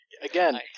Again